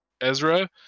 Ezra